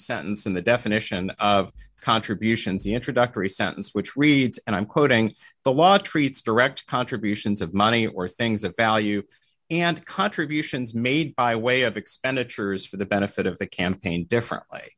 sentence in the definition of contributions the introductory sentence which reads and i'm quoting the law treats direct contributions of money or things of value and contributions made by way of expenditures for the benefit of the campaign differently